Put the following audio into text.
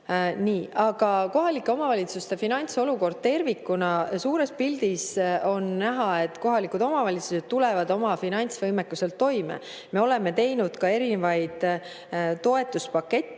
Aga kohalike omavalitsuste finantsolukord tervikuna: suures pildis on näha, et kohalikud omavalitsused tulevad oma finantsvõimekuselt toime. Me oleme teinud ka erinevaid toetuspakette.